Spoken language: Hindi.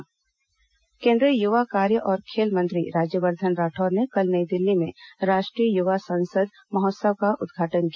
राष्ट्रीय युवा संसद महोत्सव केंद्रीय युवा कार्य और खेल मंत्री राज्यवर्धन राठौड़ ने कल नई दिल्ली में राष्ट्रीय युवा संसद महोत्सव का उद्घाटन किया